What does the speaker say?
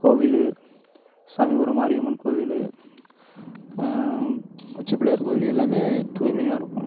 கோவில் சமயபுரம் மாரியம்மன் கோவில் உச்சிப்பிள்ளையார் கோயில் எல்லாமே துாய்மையாக இருக்கும்